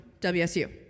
WSU